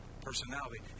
personality